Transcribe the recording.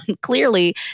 clearly